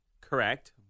Correct